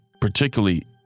particularly